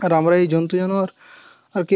আর আমরা এই জন্তু জানোয়ারকে